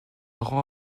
rend